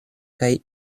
kaj